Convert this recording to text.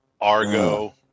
Argo